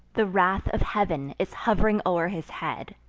the wrath of heav'n is hov'ring o'er his head.